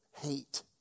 hate